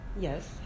Yes